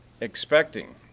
expecting